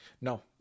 No